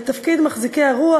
ואת תפקיד מחזיקי הרוח,